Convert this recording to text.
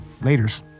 Laters